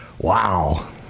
Wow